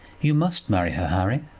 you must marry her, harry.